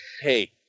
Hey